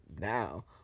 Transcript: now